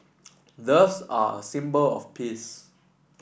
doves are a symbol of peace